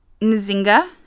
Nzinga